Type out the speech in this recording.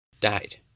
died